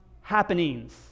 happenings